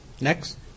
Next